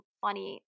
funny